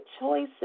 choices